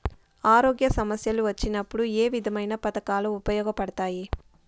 ఆరోగ్య సమస్యలు వచ్చినప్పుడు ఏ విధమైన పథకాలు ఉపయోగపడతాయి